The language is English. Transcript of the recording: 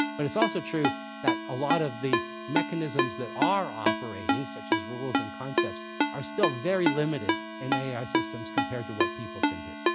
but it's also true that a lot of the mechanisms that are operating such as rules and concepts are still very limited in ai systems compared to what people can do.